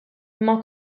imma